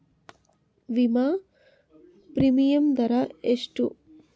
ವಿಮಾ ಪ್ರೀಮಿಯಮ್ ದರಾ ಎಷ್ಟು?